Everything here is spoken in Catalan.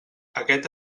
aquest